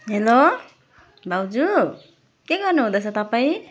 hello भाउजू के गर्नु हुँदैछ तपाईँ